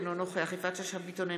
אינו נוכח יפעת שאשא ביטון,